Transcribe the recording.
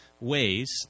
ways